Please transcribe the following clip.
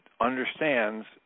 understands